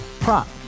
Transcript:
Prop